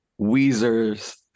Weezer's